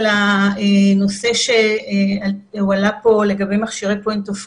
על הנושא שהועלה פה לגבי מכשירי point of care.